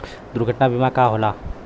दुर्घटना बीमा का होला?